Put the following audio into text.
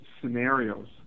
scenarios